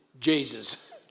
Jesus